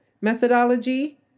methodology